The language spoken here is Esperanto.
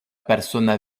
persona